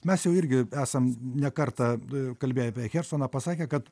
mes jau irgi esam ne kartą kalbėję nu apie chersoną pasakę kad